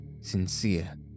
sincere